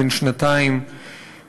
בן שנתיים,